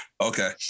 Okay